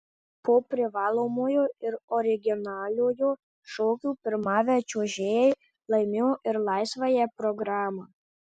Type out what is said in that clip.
po privalomojo ir originaliojo šokių pirmavę čiuožėjai laimėjo ir laisvąją programą